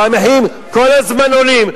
והמחירים כל הזמן עולים.